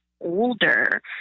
older